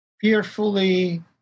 fearfully